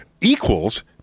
equals